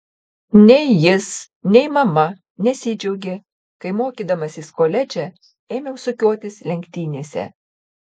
nei jis nei mama nesidžiaugė kai mokydamasis koledže ėmiau sukiotis lenktynėse